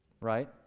Right